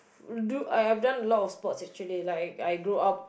dude I have done lot of sports actually like I grow up